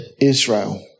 Israel